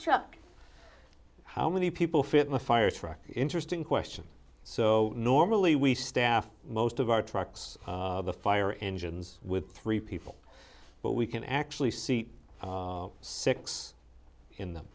truck how many people fit in a fire truck interesting question so normally we staff most of our trucks the fire engines with three people but we can actually see six in them